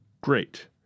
great